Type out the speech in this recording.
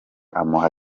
amuha